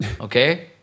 okay